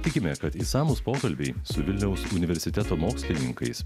tikimės kad išsamūs pokalbiai su vilniaus universiteto mokslininkais